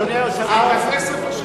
אדוני היושב-ראש,